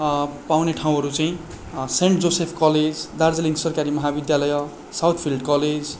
पाउने ठाउँहरू चाहिँ सेन्ट जोसेफ कलेज दार्जिलिङ सरकारी महाविद्यालय लाउथ फिल्ड कलेज